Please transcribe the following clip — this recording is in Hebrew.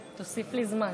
תנו לי פעם להפריע, כל הזמן